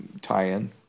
tie-in